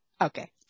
Okay